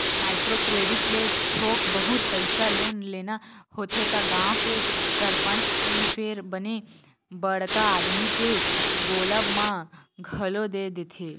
micro credit ले थोक बहुत पइसा लोन लेना होथे त गाँव के सरपंच ते फेर बने बड़का आदमी के बोलब म घलो दे देथे